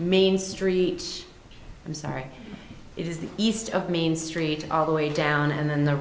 main street i'm sorry it is the east of main street all the way down and then the